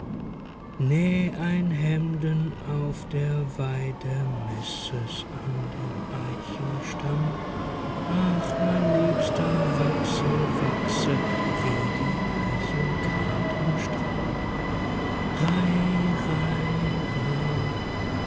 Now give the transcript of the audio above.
ein hemden auf der weide meß es an dem eichenstamm ach mein liebster wachse wachse wie die eiche grad und stramm